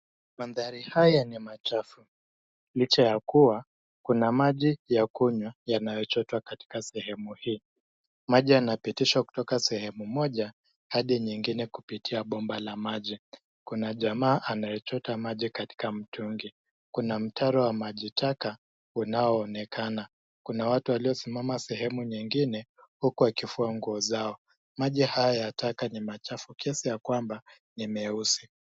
Mandhari haya ni machafu, licha ya kuwa kuna maji ya kunywa yanayochotwa katika sehemu hii. Maji yanapitishwa kutoka sehemu moja hadi nyingine kupitia bomba la maji. Kuna jamaa anayechota maji katika mtungi. Kuna mtaro wa maji taka unaoonekana. Kuna watu waliosimama sehemu nyingine huku wakifua nguo zao. Maji haya ya taka ni machafu kiasi ya kwamba ni meusi.